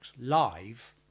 live